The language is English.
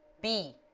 b